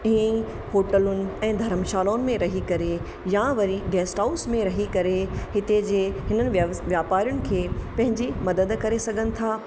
ईंअ ई होटलुनि ऐं धर्मशालाउनि में रही करे या वरी गेस्ट हाउस में रही करे हिते जे हिननि व्यवस वापारियुनि खे पंहिंजी मदद करे सघनि था